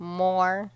more